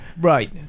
Right